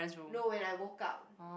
no when I woke up